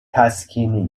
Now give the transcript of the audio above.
تسکینی